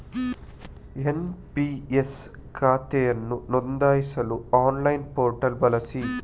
NPS ಖಾತೆಯನ್ನು ನೋಂದಾಯಿಸಲು online portal ಬಳಸಿ